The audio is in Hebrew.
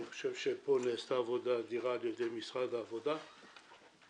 אני חושב שפה נעשתה עבודה אדירה על ידי משרד העבודה שהגיעו,